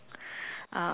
uh